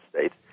States